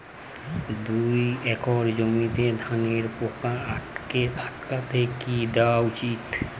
দুই একর জমিতে ধানের পোকা আটকাতে কি দেওয়া উচিৎ?